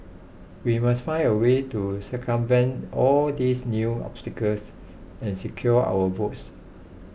we must find a way to circumvent all these new obstacles and secure our votes